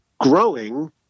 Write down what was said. growing